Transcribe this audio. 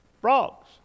frogs